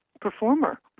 performer